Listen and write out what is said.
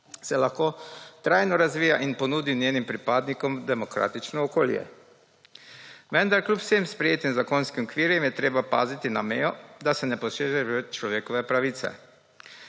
se lahko trajno razvija in ponudi svojim pripadnikom demokratično okolje, vendar kljub vsem sprejetim zakonskim okvirjem je treba paziti na mejo, da se ne posega v človekove pravice.